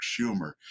Schumer